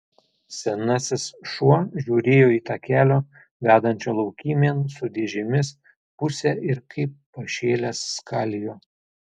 senasis šuo žiūrėjo į takelio vedančio laukymėn su dėžėmis pusę ir kaip pašėlęs skalijo